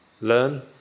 learn